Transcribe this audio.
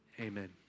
Amen